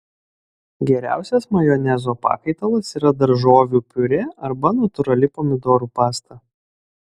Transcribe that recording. geriausias majonezo pakaitalas yra daržovių piurė arba natūrali pomidorų pasta